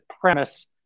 premise